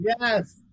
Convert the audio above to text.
Yes